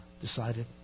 decided